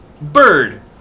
bird